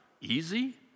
easy